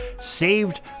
saved